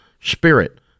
spirit